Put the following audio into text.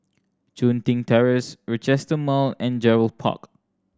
Chun Tin Terrace Rochester Mall and Gerald Park